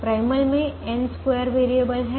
primal में n2 variable है